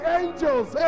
angels